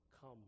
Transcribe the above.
Come